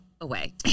away